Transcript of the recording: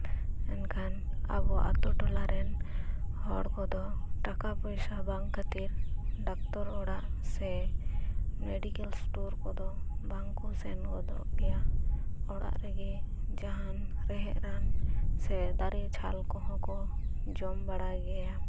ᱮᱱᱠᱦᱟᱱ ᱟᱵᱩ ᱟᱛᱩ ᱴᱚᱞᱟᱨᱮᱱ ᱦᱚᱲᱠᱚᱫᱚ ᱴᱟᱠᱟ ᱯᱚᱭᱥᱟ ᱵᱟᱝ ᱠᱷᱟᱹᱛᱤᱨ ᱰᱟᱠᱛᱚᱨ ᱚᱲᱟᱜ ᱥᱮ ᱢᱮᱰᱤᱠᱮᱞ ᱥᱴᱚᱨ ᱠᱚᱫᱚ ᱵᱟᱝᱠᱩ ᱥᱮᱱ ᱜᱚᱫᱚᱜ ᱜᱮᱭᱟ ᱚᱲᱟᱜ ᱨᱮᱜᱤ ᱡᱟᱦᱟᱱ ᱨᱮᱦᱮᱫ ᱨᱟᱱ ᱥᱮ ᱫᱟᱨᱮ ᱪᱷᱟᱞ ᱠᱚᱦᱚᱸ ᱠᱩ ᱡᱚᱢ ᱵᱟᱲᱟᱭ ᱜᱮᱭᱟ